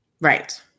Right